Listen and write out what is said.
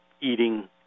eating